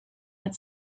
had